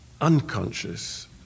unconscious